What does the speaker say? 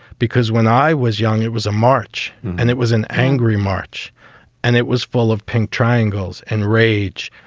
because when i was young, it was a march and it was an angry march and it was full of pink triangles and rage.